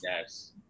Yes